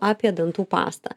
apie dantų pastą